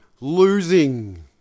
losing